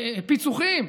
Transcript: פיצוחים,